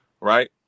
right